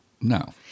No